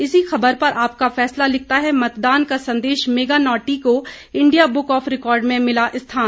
इसी खबर पर आपका फैसला लिखता है मतदान का संदेश मेगा नाटी को इंडिया बुक ऑफ रिकॉर्ड में मिला स्थान